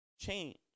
change